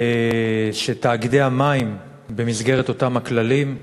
שתאגידי המים, במסגרת אותם הכללים,